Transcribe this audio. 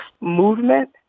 movement